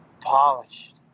polished